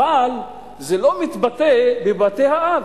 אבל זה לא מתבטא בבתי-האב.